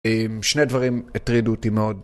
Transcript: שני דברים הטרידו אותי מאוד.